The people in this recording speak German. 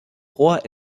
rohr